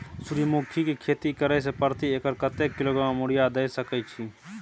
सूर्यमुखी के खेती करे से प्रति एकर कतेक किलोग्राम यूरिया द सके छी?